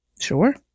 Sure